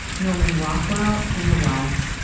norman rockwell, and the wyeths.